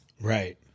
right